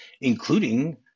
including